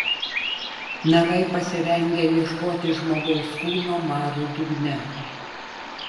narai pasirengę ieškoti žmogaus kūno marių dugne